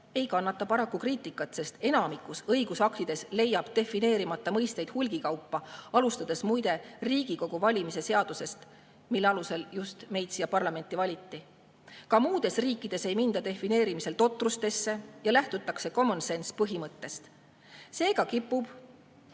ei kannata paraku kriitikat, sest enamikus õigusaktides leiab defineerimata mõisteid hulgakaupa, alustades muide Riigikogu valimise seadusest, mille alusel just meid siia parlamenti valiti. Ka muudes riikides ei minda defineerimisel totrustesse ja lähtutaksecommon sense'ipõhimõttest. Seega kipub